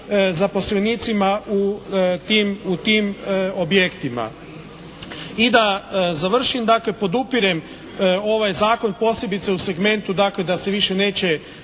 zaposlenicima u tim objektima. I da završim. Dakle podupirem ovaj zakon posebice u segmentu dakle da se više neće